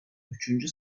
üçüncü